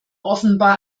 offenbar